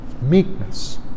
Meekness